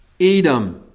Edom